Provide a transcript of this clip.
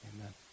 Amen